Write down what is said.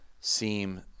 seem